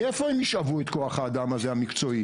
מאיפה הם ישאבו את כוח האדם המקצועי הזה?